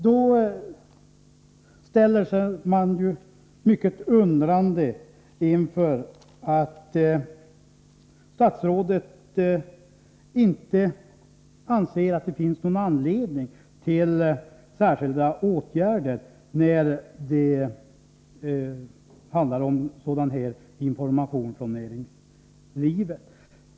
Jag ställer mig mycket undrande inför det förhållandet att statsrådet inte anser att det finns någon anledning till särskilda åtgärder när det handlar om sådan här information från näringslivet.